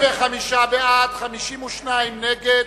בעד, 25, נגד,